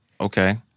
Okay